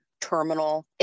terminal